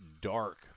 dark